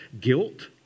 Guilt